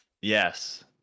Yes